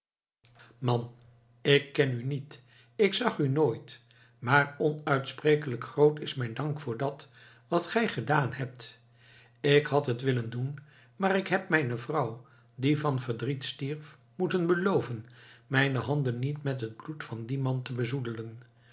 man ik ken u niet ik zag u nooit maar onuitsprekelijk groot is mijn dank voor dat wat gij gedaan hebt ik had het willen doen maar ik heb mijne vrouw die van verdriet stierf moeten beloven mijne handen niet met het bloed van dien man te bezoedelen